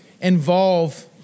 involve